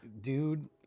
dude